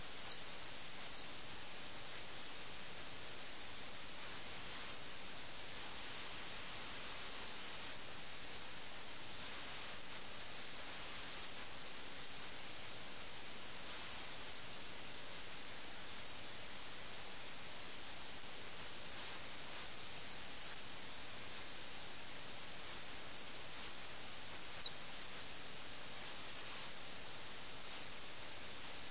the chess പ്ലേയേഴ്സിന്റെ' വേദിയായ ലഖ്നൌവിലെ ഭൂപ്രകൃതിയിലൂടെ കടന്നുപോകുന്ന എല്ലാ കഥാപാത്രങ്ങളെക്കുറിച്ചും നിങ്ങൾ തിരിഞ്ഞുനോക്കിയാൽ ആരും തികഞ്ഞവരല്ല ഒരു കഥാപാത്രവും പൂർണ്ണമായി നിർവചിക്കപ്പെട്ടിട്ടില്ല അല്ലെങ്കിൽ നിങ്ങൾക്ക് വലിയ അളവിലോ നാമമാത്രമായി പോലും അറിയില്ല